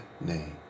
name